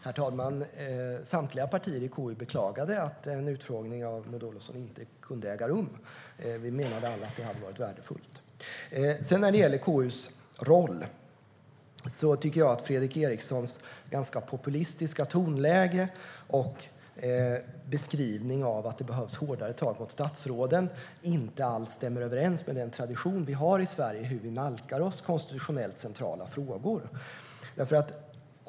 Herr talman! Samtliga partier i KU beklagade att en utfrågning av Maud Olofsson inte kunde äga rum. Vi menade alla att det hade varit värdefullt. När det gäller KU:s roll tycker jag att Fredrik Erikssons ganska populistiska tonläge och beskrivning av att det behövs hårdare tag mot statsråden inte alls stämmer överens med den tradition vi har i Sverige av hur vi nalkar oss konstitutionellt centrala frågor.